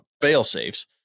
fail-safes